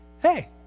Hey